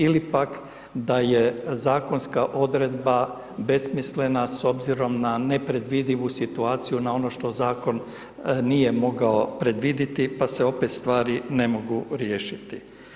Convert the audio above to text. Ili pak da je zakonska odredba besmislena s obzirom na nepredvidivu situaciju na ono što zakon nije mogao predviditi pa se opet stvari ne mogu riješiti.